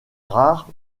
rare